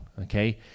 Okay